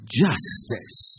justice